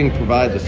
and provide